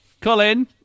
Colin